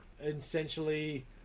essentially